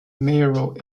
mayoral